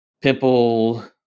Pimple